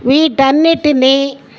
వీటన్నిటినీ